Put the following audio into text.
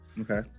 Okay